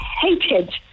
hated